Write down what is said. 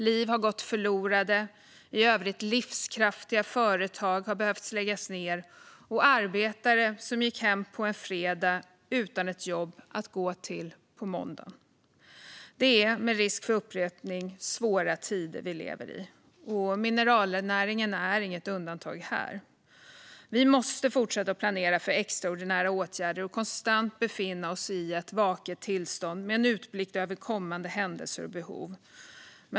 Liv har gått förlorade, i övrigt livskraftiga företag har behövt läggas ned och arbetare har fått gå hem på en fredag utan ett jobb att gå till på måndagen. Det är, med risk för upprepning, svåra tider vi lever i. Mineralnäringen är inget undantag här. Vi måste fortsätta planera för extraordinära åtgärder och konstant befinna oss i ett vaket tillstånd, med en utblick över kommande händelser och behov.